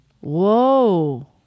Whoa